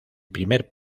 primer